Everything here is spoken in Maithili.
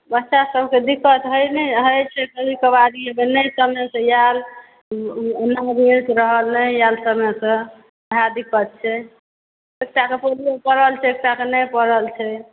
बच्चासभके दिक्कत होइत नहि छै होइत छै कभी कभार इ भेल नहि समयसँ आयल नहि आयल समयसँ सएह दिक्कत छै एकटाकेँ पोलिओ पड़ल छै एकटाकेँ नहि पड़ल छै